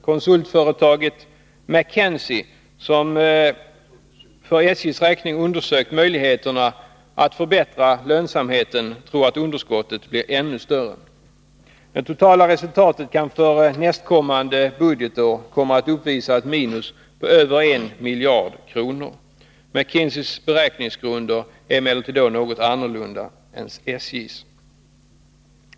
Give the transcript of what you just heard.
Konsultföretaget McKinsey, som för SJ:s räkning undersökt möjligheterna att förbättra lönsamheten, tror att underskottet blir ännu större. Det totala resultatet kan för nästkommande budgetår komma att uppvisa ett minus på över 1 miljard kronor. McKinseys beräkningsgrunder är emellertid annorlunda än SJ:s.